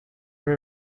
were